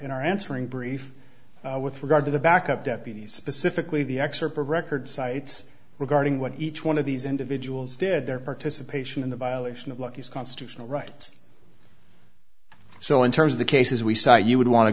in our answering brief with regard to the back of deputies specifically the excerpt record cites regarding what each one of these individuals did their participation in the violation of lucky's constitutional rights so in terms of the cases we cite you would want to